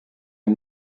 est